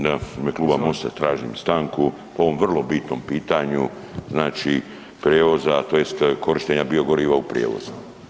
Da, u ime Kluba Mosta tražim stanku po ovom vrlo bitnom pitanju znači, prijevoza, tj. korištenja biogoriva u prijevoz.